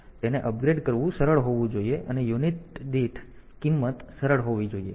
તેથી તેને અપગ્રેડ કરવું સરળ હોવું જોઈએ અને યુનિટ દીઠ કિંમત સરળ હોવી જોઈએ